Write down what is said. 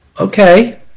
Okay